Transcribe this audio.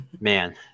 man